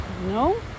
no